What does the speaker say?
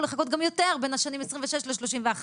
לחכות גם יותר בין השנים 2026 ל-2031.